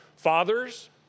Fathers